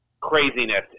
craziness